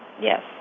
Yes